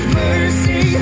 mercy